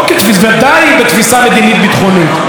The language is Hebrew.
ודאי בתפיסה מדינית-ביטחונית.